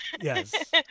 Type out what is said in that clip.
Yes